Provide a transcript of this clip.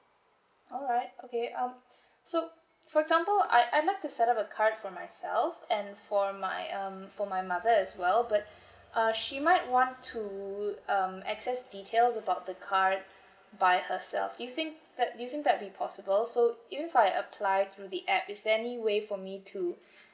alright okay um so for example I I'd like to set up a card for myself and for my um for my mother as well but uh she might want to um access details about the card by herself do you think that do you think that be possible so if I apply through the app is there any way for me to